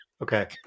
Okay